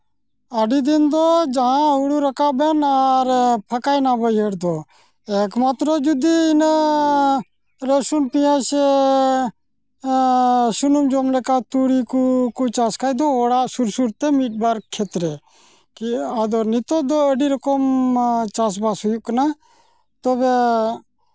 ᱟᱹᱰᱤ ᱫᱤᱱ ᱫᱚ ᱡᱟᱦᱟᱸ ᱦᱩᱲᱩ ᱨᱟᱠᱟᱵ ᱮᱱ ᱟᱨ ᱯᱷᱟᱠᱟᱭᱮᱱᱟ ᱵᱟᱹᱭᱦᱟᱹᱲ ᱫᱚ ᱮᱠᱢᱟᱛᱨᱚ ᱡᱩᱫᱤ ᱤᱱᱟᱹ ᱨᱚᱥᱩᱱ ᱯᱮᱸᱭᱟᱡᱽ ᱥᱮ ᱥᱩᱱᱩᱢ ᱡᱚᱢ ᱞᱮᱠᱟ ᱛᱩᱲᱤ ᱠᱚᱠᱚ ᱪᱟᱥ ᱠᱷᱟᱱ ᱫᱚ ᱚᱲᱟᱜ ᱥᱩᱨ ᱥᱩᱨ ᱛᱮ ᱢᱤᱫᱵᱟᱨ ᱠᱷᱮᱛᱨᱮ ᱠᱤ ᱟᱫᱚ ᱱᱤᱛᱚᱜ ᱫᱚ ᱟᱹᱰᱤ ᱨᱚᱠᱚᱢ ᱪᱟᱥᱼᱵᱟᱥ ᱦᱩᱭᱩᱜ ᱠᱟᱱᱟ ᱛᱚᱵᱮ